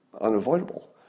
unavoidable